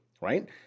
right